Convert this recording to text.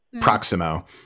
Proximo